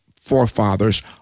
forefathers